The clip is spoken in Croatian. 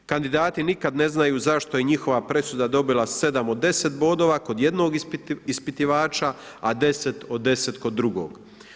Kandidati nikad ne znaju zašto je njihova presuda dobila 7 od 10 bodova kod jednog ispitivača, a 10 od 10 kod drugog.